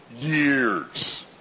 years